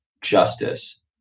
Justice